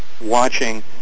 watching